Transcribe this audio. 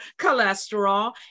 cholesterol